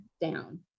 down